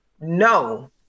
no